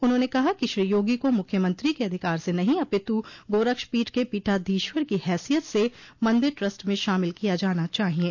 उन्होंने कहा कि श्री योगी को मुख्यमंत्री के अधिकार से नहीं अपितु गोरक्ष पीठ के पीठाधीश्वर की हैसियत से मंदिर ट्रस्ट में शामिल किया जाना चाहिये